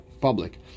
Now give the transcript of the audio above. public